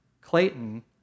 Clayton